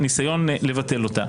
לניסיון לבטל אותה.